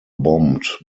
bombed